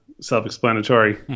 self-explanatory